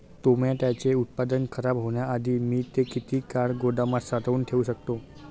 टोमॅटोचे उत्पादन खराब होण्याआधी मी ते किती काळ गोदामात साठवून ठेऊ शकतो?